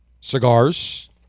Cigars